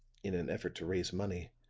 in an effort to raise money,